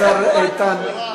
שאלה אחרונה.